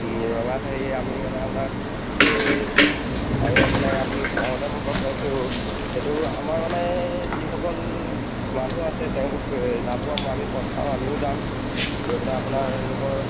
ৰঙাচাহী আমি মানে আপোনাৰ এই আৰু আপোনাৰ আপুনি কওঁতে মই গম পাইছোঁ এইটো আমাৰ মানে যিসকল মানুহ আছে তেওঁলোকে যাব আমি পঠাম আমিও যাম গৈ পেলাই আপোনালোকৰ